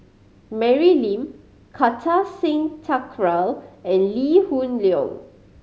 Mary Lim Kartar Singh Thakral and Lee Hoon Leong